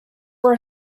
were